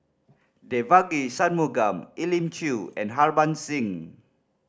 Devagi Sanmugam Elim Chew and Harbans Singh